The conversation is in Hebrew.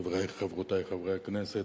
חברי וחברותי חברי הכנסת,